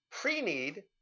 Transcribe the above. pre-need